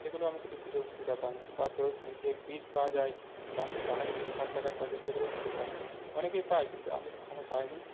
সেগুলো আমি কিছু সুযোগ সুবিধা পাইনি বা তোর যে বীজ পাওয়া যায় দান দানার বীজ কম টাকায় পাওয়া যায় সেগুলোও কিছু পাইনি অনেকেই পায় কিন্তু আমি কখনও পাইনি